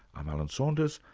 i'm alan saunders,